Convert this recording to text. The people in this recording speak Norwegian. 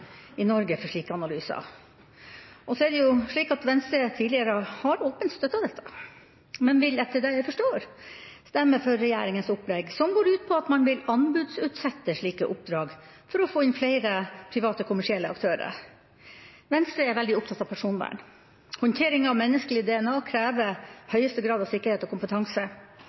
i Norge for slike analyser. Så er det slik at Venstre tidligere åpent har støttet dette, men vil, etter det jeg forstår, stemme for regjeringas opplegg, som går ut på at man vil anbudsutsette slike oppdrag for å få inn flere private, kommersielle aktører. Venstre er veldig opptatt av personvern. Håndtering av menneskelig DNA krever høyeste grad av sikkerhet og kompetanse.